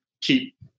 keep